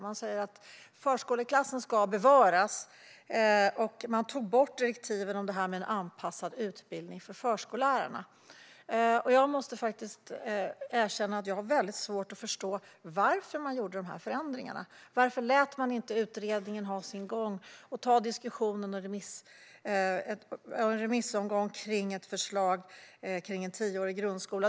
Man sa att förskoleklassen skulle bevaras, och man tog bort direktiven om en anpassad utbildning för förskollärarna. Jag måste faktiskt erkänna att jag har väldigt svårt att förstå varför man gjorde dessa förändringar. Varför lät man inte utredningen ha sin gång? Varför tog man inte en diskussion och en remissomgång kring ett förslag om en tioårig grundskola?